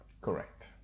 Correct